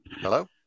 hello